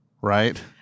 Right